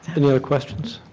any other questions?